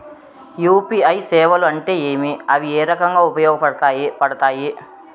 UPI సేవలు అంటే ఏమి, అవి ఏ రకంగా ఉపయోగపడతాయి పడతాయి?